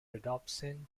rhodopsin